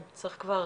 צריך לקחת